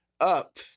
up